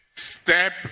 step